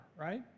right